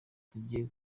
tujye